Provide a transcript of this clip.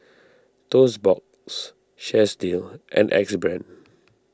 Toast Box Chesdale and Axe Brand